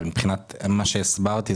אבל מבחינת מה שהסברתי,